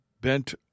bent